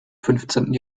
fünfzehnten